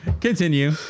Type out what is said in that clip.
Continue